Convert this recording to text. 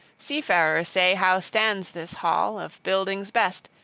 seafarers say how stands this hall, of buildings best,